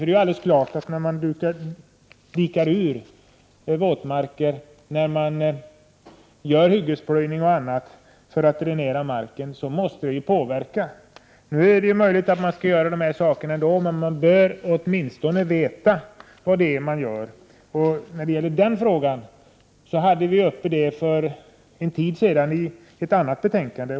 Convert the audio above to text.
Det är ju alldeles klart att när man dikar ur våtmarker vid hyggesplöjning och annat för att dränera marken måste detta påverka. Nu är det möjligt att man kan göra så ändå, men man bör åtminstone veta vad det är man gör. Denna fråga hade vi uppe för en tid sedan med anledning av ett annat betänkande.